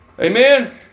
Amen